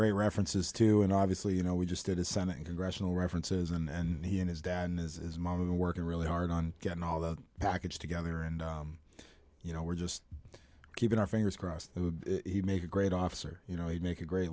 great references to and obviously you know we just it is sending congressional references and he and his dad and his mom and working really hard on getting all the package together and you know we're just keeping our fingers crossed he makes a great officer you know you make a great